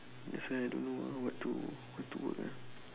that's why I don't know what to what to work ah